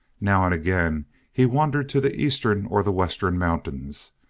now and again he wandered to the eastern or the western mountains,